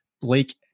Blake